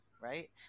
Right